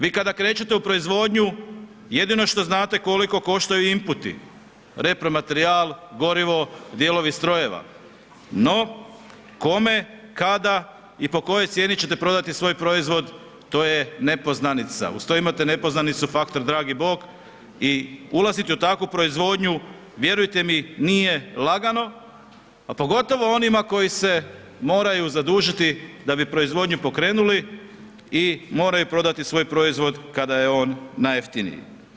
Vi kada krećete u proizvodnju jedino što znate koliko koštaju imputi, repromaterijal, gorivo, dijelovi strojeva, no kome, kada i po kojoj cijeni ćete prodati svoj proizvod, to je nepoznanica, uz to imate nepoznanicu faktor dragi Bog i ulazite u takvu proizvodnju, vjerujte mi nije lagano, a pogotovo onima koji se moraju zadužiti da bi proizvodnju pokrenuli i moraju prodati svoj proizvod kada je on najjeftiniji.